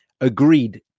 Agreed